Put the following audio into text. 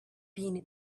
been